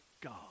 God